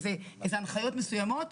איזה הנחיות מסויימנות.